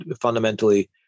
fundamentally